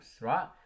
right